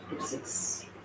six